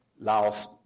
laos